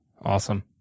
Awesome